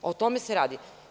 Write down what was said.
O tome se radi.